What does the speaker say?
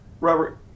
Robert